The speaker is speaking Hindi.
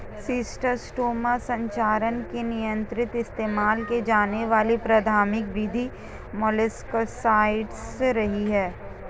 शिस्टोस्टोमा संचरण को नियंत्रित इस्तेमाल की जाने वाली प्राथमिक विधि मोलस्कसाइड्स रही है